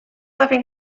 laughing